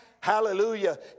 Hallelujah